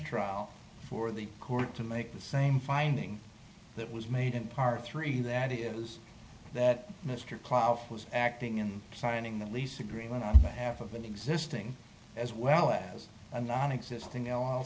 trial for the court to make the same finding that was made in part three that is that mr clout was acting in signing the lease agreement to have an existing as well as a non existing l